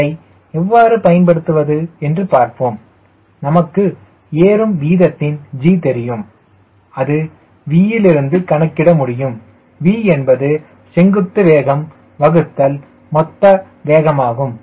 அதை எவ்வாறு பயன்படுத்துவது என்று பார்ப்போம் நமக்கு ஏறும் வீதத்தின் G தெரியும் அது V இலிருந்து கணக்கிட முடியும் V என்பது செங்குத்து வேகம் வகுத்தல் மொத்த வேகமாகும்